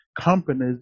companies